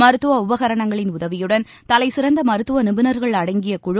மருத்துவ உபகரணங்களின் உதவியுடன் தலைசிறந்த மருத்துவ நிபுணர்கள் அடங்கிய குழு